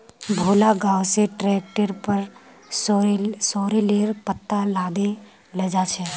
भोला गांव स ट्रैक्टरेर पर सॉरेलेर पत्ता लादे लेजा छ